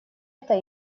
это